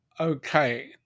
Okay